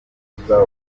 n’umutoza